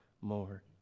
more